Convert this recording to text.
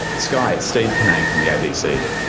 skye, it's steve cannane from the abc.